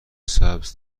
سبز